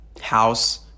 house